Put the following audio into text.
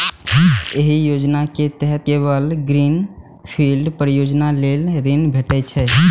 एहि योजना के तहत केवल ग्रीन फील्ड परियोजना लेल ऋण भेटै छै